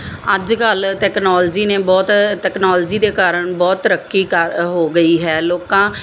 ਅੱਜ ਕੱਲ੍ਹ ਟੈਕਨੋਲਜੀ ਨੇ ਬਹੁਤ ਟੈਕਨੋਲਜੀ ਦੇ ਕਾਰਨ ਬਹੁਤ ਤਰੱਕੀ ਕਰ ਹੋ ਗਈ ਹੈ ਲੋਕਾਂ